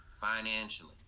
financially